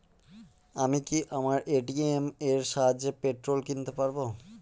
আমি কি আমার এ.টি.এম এর সাহায্যে পেট্রোল কিনতে পারব?